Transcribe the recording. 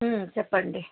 చెప్పండి